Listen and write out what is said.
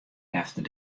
efter